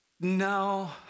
no